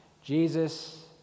Jesus